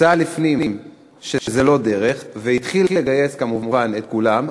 צה"ל הפנים שזו לא דרך והתחיל לגייס כמובן את כולם.